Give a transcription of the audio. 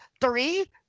Three